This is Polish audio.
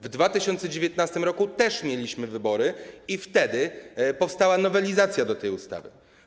W 2019 r. też mieliśmy wybory i wtedy powstała nowelizacja tej ustawy.